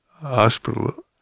hospital